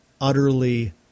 Utterly